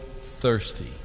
thirsty